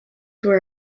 where